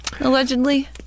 Allegedly